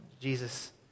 Jesus